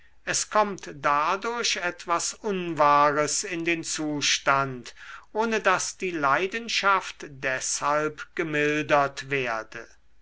es kommt dadurch etwas unwahres in den zustand ohne daß die leidenschaft deshalb gemildert werde